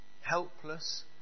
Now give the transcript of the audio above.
helpless